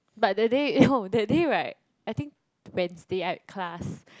but that day oh that day right I think Wednesday I had class